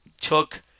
took